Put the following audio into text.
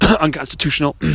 unconstitutional